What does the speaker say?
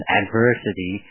adversity